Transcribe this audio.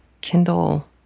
Kindle